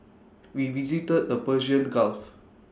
we visited the Persian gulf